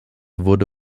wurde